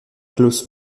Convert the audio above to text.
claus